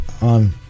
on